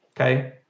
Okay